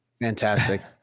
fantastic